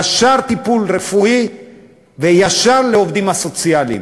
ישר טיפול רפואי וישר לעובדים הסוציאליים,